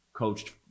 coached